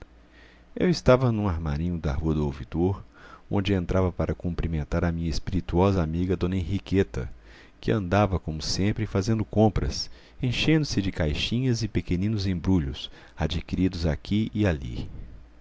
eu estava num armarinho da rua do ouvidor onde entrava para cumprimentar a minha espirituosa amiga d henriqueta que andava como sempre fazendo compras enchendo se de caixinhas e pequeninos embrulhos adquiridos aqui e ali